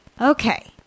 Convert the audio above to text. Okay